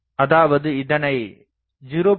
அதாவது இதனை 0